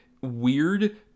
weird